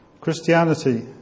Christianity